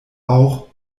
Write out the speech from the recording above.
auch